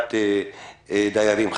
בקליטת דיירים חדשים.